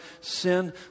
sin